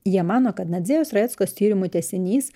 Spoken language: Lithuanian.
jie mano kad nadzėjos rajeckos tyrimų tęsinys